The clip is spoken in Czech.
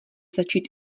začít